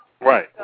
Right